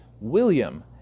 William